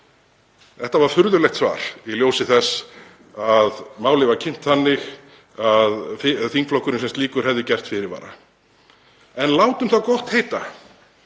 Þetta var furðulegt svar í ljósi þess að málið var kynnt þannig að þingflokkurinn sem slíkur hefði gert fyrirvara. En látum það gott heita.